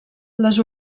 les